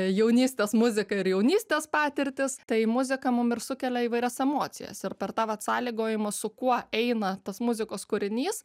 jaunystės muzika ir jaunystės patirtys tai muzika mum ir sukelia įvairias emocijas ir per tą vat sąlygojimą su kuo eina tas muzikos kūrinys